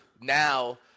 now